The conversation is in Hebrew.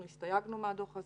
אנחנו הסתייגנו מהדוח הזה.